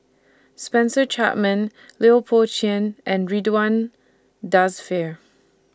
Spencer Chapman Lui Pao Chuen and Ridzwan Dzafir